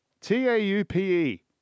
T-A-U-P-E